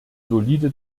solide